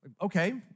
Okay